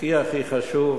הכי-הכי חשוב,